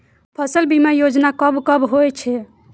फसल बीमा योजना कब कब होय छै?